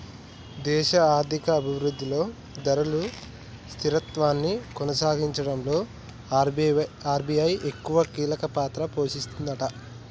దేశ ఆర్థిక అభివృద్ధిలో ధరలు స్థిరత్వాన్ని కొనసాగించడంలో ఆర్.బి.ఐ ఎక్కువ కీలక పాత్ర పోషిస్తదట